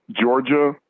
Georgia –